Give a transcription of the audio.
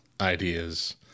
ideas